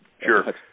Sure